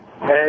Hey